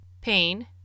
pain